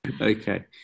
Okay